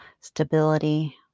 stability